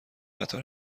قطار